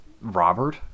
Robert